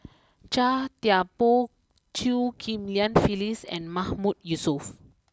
Chia Thye Poh Chew Ghim Lian Phyllis and Mahmood Yusof